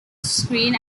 screen